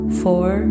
four